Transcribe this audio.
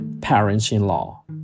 parents-in-law